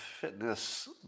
fitness